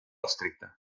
estricte